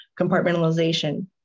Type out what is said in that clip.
compartmentalization